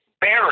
Barry